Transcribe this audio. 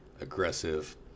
aggressive